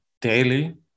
daily